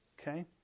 Okay